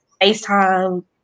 FaceTime